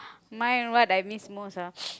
my what I miss most ah